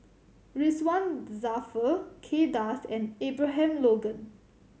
Ridzwan Dzafir Kay Das and Abraham Logan